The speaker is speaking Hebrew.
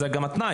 אז זה גם התנאי.